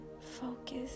Focus